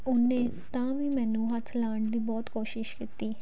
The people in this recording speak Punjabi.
ਉਹਨੇ ਤਾਂ ਵੀ ਮੈਨੂੰ ਹੱਥ ਲਗਾਉਣ ਦੀ ਬਹੁਤ ਕੋਸ਼ਿਸ਼ ਕੀਤੀ